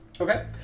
Okay